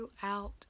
Throughout